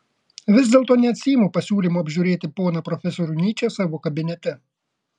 vis dėlto neatsiimu pasiūlymo apžiūrėti poną profesorių nyčę savo kabinete